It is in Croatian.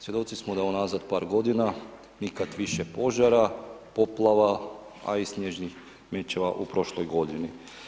Svjedoci smo da unazad par godina nikada više požara, poplava a i snježnih mećava u prošloj godini.